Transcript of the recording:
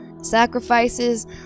sacrifices